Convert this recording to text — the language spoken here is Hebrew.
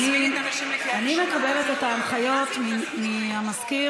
אני מקבלת את ההנחיות מהמזכיר,